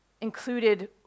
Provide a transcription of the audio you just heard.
included